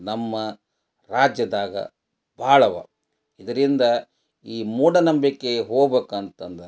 ನಮ್ಮ ರಾಜ್ಯದಾಗ ಭಾಳವ ಇದರಿಂದ ಈ ಮೂಢನಂಬಿಕೆ ಹೋಗ್ಬೇಕು ಅಂತಂದ್ರೆ